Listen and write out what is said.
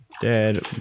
Dead